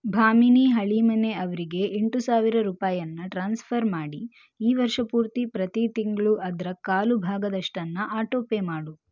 ಭಾಮಿನಿ ಹಳೀಮನೆ ಅವರಿಗೆ ಎಂಟು ಸಾವಿರ ರೂಪಾಯಿಯನ್ನ ಟ್ರಾನ್ಸ್ಫರ್ ಮಾಡಿ ಈ ವರ್ಷ ಪೂರ್ತಿ ಪ್ರತಿ ತಿಂಗಳೂ ಅದರ ಕಾಲು ಭಾಗದಷ್ಟನ್ನು ಆಟೋಪೇ ಮಾಡು